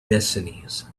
destinies